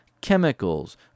chemicals